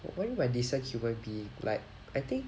what you mean by decent human being like I think